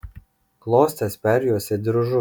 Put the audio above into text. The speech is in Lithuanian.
klostes perjuosė diržu